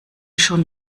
schon